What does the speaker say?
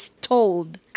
told